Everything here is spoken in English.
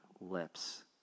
lips